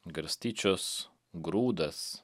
garstyčios grūdas